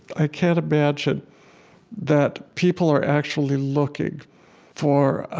i can't imagine that people are actually looking for